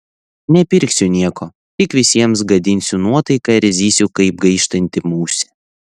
nepirksiu nieko tik visiems gadinsiu nuotaiką ir zysiu kaip gaištanti musė